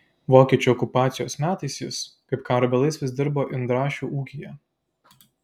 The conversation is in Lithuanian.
vokiečių okupacijos metais jis kaip karo belaisvis dirbo indrašių ūkyje